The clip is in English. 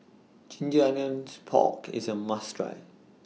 Ginger Onions Pork IS A must Try